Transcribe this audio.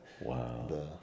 wow